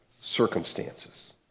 circumstances